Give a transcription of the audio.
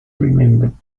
remembered